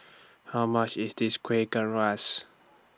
How much IS This Kueh